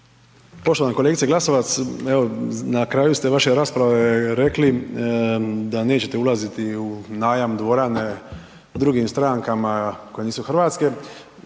Poštovana kolegice Glasovac, evo na kraju ste vaše rasprave rekli da nećete ulaziti u najam dvorane drugim strankama koje nisu hrvatske,